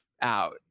out